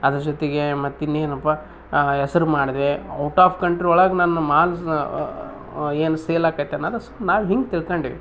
ಅದ್ರ ಜೊತೆಗೆ ಮತ್ತು ಇನ್ನೇನಪ್ಪಾ ಹೆಸ್ರ್ ಮಾಡಿದೆ ಔಟ್ ಆಫ್ ಕಂಟ್ರಿ ಒಳಗೆ ನನ್ನ ಮಾಲು ಏನು ಸೇಲ್ ಅಕೈತಿ ಅನ್ನೊದ್ ನಾವು ಹಿಂಗೆ ತಿಳ್ಕೊಂಡೀವಿ